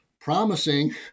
promising